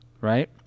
Right